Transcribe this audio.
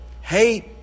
hate